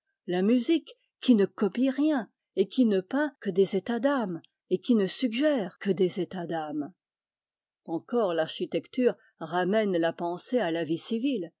la musique qui ne copie rien et qui ne peint que des états d'âme et qui ne suggère que des états d'âme encore l'architecture ramène la pensée à la vie civile